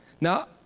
Now